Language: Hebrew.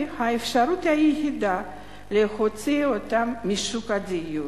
האפשרות היחידה להוציא אותם משוק הדיור.